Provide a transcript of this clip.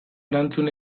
erantzun